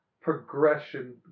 progression